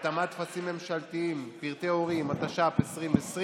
התאמת טפסים ממשלתיים (פרטי הורים), התש"ף 2020,